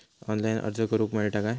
Online अर्ज करूक मेलता काय?